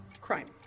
crime